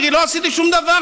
מירי: לא עשיתי שום דבר,